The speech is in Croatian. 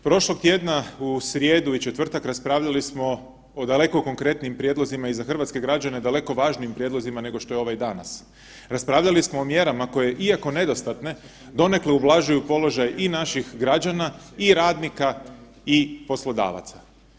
Prošlog tjedna u srijedu i četvrtak raspravljali smo o daleko konkretnijim prijedlozima i za hrvatske građane daleko važnijim prijedlozima nego što je ovaj danas, raspravljali smo o mjerama koje iako nedostatke donekle ublažuju položaj i naših građana i radnika i poslodavaca.